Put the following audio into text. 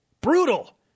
Brutal